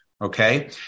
okay